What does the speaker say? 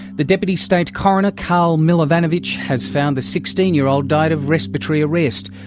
the deputy state coroner, karl millevanavitch has found the sixteen year old died of respiratory arrest.